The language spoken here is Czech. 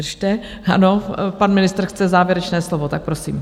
Vydržte, ano, pan ministr chce závěrečné slovo, tak prosím.